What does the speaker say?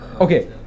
Okay